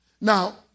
Now